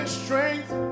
strength